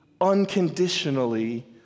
unconditionally